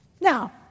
Now